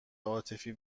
عاطفی